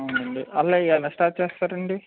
అవును అండి అలా ఎలా స్టార్ట్ చేస్తారు అండి